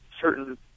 certain